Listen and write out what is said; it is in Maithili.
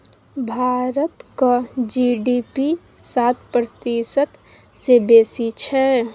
भारतक जी.डी.पी सात प्रतिशत सँ बेसी छै